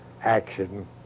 action